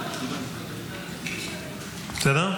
בסדר?